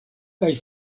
kaj